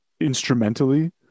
instrumentally